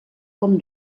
com